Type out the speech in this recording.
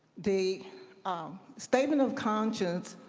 the um statement of conscience